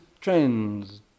trends